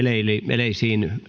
eleisiinne